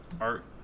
art